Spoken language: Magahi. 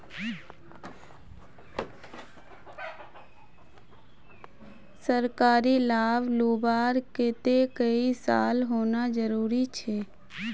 सरकारी लाभ लुबार केते कई साल होना जरूरी छे?